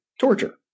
Torture